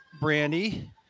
Brandy